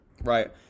Right